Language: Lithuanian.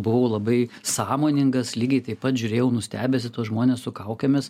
buvau labai sąmoningas lygiai taip pat žiūrėjau nustebęs į tuos žmones su kaukėmis